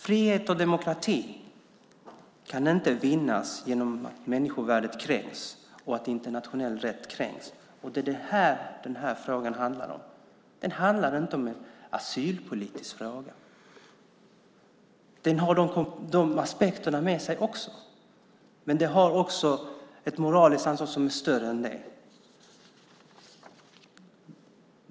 Frihet och demokrati kan inte vinnas genom att människovärdet och internationell rätt kränks. Det är det som frågan handlar om. Det är inte en asylpolitisk fråga. Den har de aspekterna med sig också, men detta handlar om ett moraliskt ansvar som är större än så.